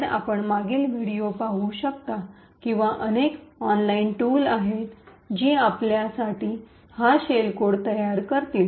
तर आपण मागील व्हिडिओ पाहू शकता किंवा अशी अनेक ऑनलाइन टूल आहेत जी आपल्यासाठी हा शेल कोड तयार करतील